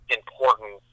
important